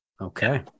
okay